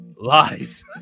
Lies